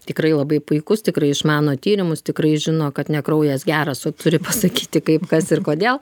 tikrai labai puikus tikrai išmano tyrimus tikrai žino kad ne kraujas geras o turi pasakyti kaip kas ir kodėl